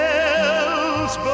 else